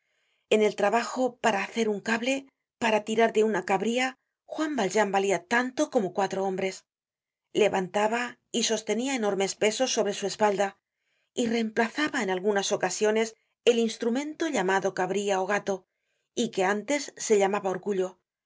en el trabajo para hacer un cable para tirar de una cabria juan valjean valía tanto como cuatro hombres levantaba y sostenia enormes pesos sobre su espalda y reemplazaba en algunas ocasiones el instrumento llamado cabria ó gato y que antes se llamaba or gullo